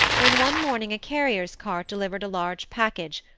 when one morning a carrier's cart delivered a large package,